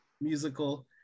musical